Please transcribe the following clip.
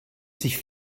sich